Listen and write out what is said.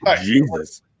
Jesus